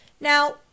Now